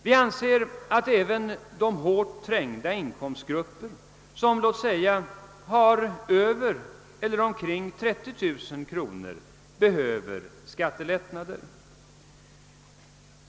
Vi anser att även de hårt trängda inkomstgrupperna med låt oss säga omkring eller över 30 000 kronor behöver skattelättnader.